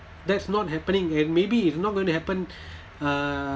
that's not happening and maybe it's not going to happen uh